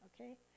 okay